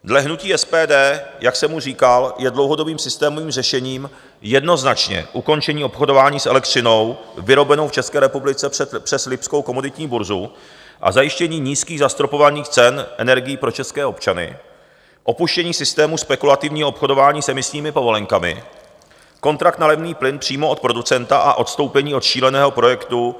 Dle hnutí SPD, jak jsem už říkal, je dlouhodobým systémovým řešením jednoznačně ukončení obchodování s elektřinou vyrobenou v České republice přes lipskou komoditní burzu a zajištění nízkých zastropovaných cen energií pro české občany, opuštění systému spekulativního obchodování s emisními povolenkami, kontrakt na levný plyn přímo od producenta a odstoupení od šíleného projektu EU Green Deal.